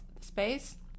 space